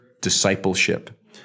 discipleship